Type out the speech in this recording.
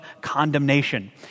condemnation